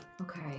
Okay